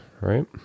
right